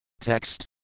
Text